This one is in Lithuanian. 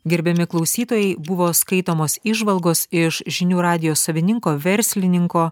gerbiami klausytojai buvo skaitomos įžvalgos iš žinių radijo savininko verslininko